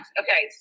okay